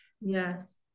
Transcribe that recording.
Yes